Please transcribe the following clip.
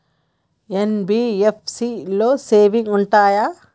NBFC లో savings ఉంటయా?